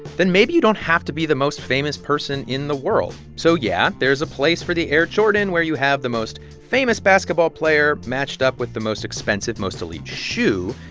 then maybe you don't have to be the most famous person in the world so yeah, there is a place for the air jordan, where you have the most famous basketball player matched up with the most expensive, most elite shoe.